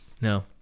No